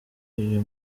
uyu